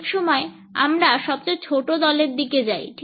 অনেক সময় আমরা সবচেয়ে ছোট দলের দিকে যাই